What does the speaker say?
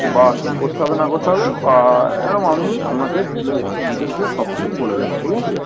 বা কী করতে হবে না করতে হবে বা এরকম আমি আপনাকে ডিলেলসে ডিটেলসে সব কিছু বলে দেবো ঠিক আছে